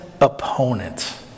opponent